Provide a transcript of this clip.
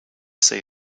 see